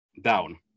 down